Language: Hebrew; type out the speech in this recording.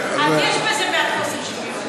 אז יש בזה מחוסר השוויון.